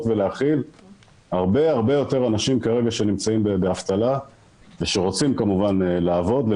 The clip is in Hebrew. ולהכיל הרבה הרבה יותר אנשים כרגע שנמצאים באבטלה ושרוצים כמובן לעבוד,